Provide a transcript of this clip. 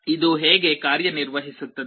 ಇದು ಹೇಗೆ ಕಾರ್ಯನಿರ್ವಹಿಸುತ್ತದೆ